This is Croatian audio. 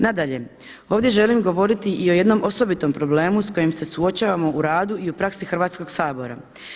Nadalje, ovdje želim govoriti i o jednom osobitom problemu sa kojim se suočavamo u radu i u praksi Hrvatskog sabora.